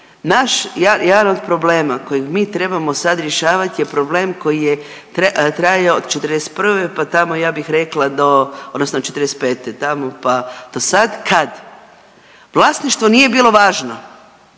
Naš jedan od problema kojeg mi trebamo sad rješavati je problem koji je trajao od '41. pa tamo ja bih rekla do odnosno '45. tamo pa do sad kad vlasništvo nije bilo važno,